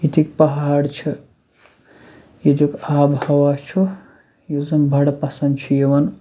ییٚتِکۍ پہاڑ چھِ ییٚتیُک آب ہوا چھُ یُس زَن بَڑٕ پَسنٛد چھِ یِوان